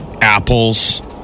apples